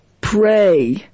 Pray